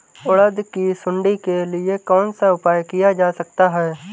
उड़द की सुंडी के लिए कौन सा उपाय किया जा सकता है?